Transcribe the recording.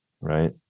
right